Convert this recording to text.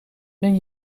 ben